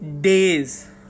days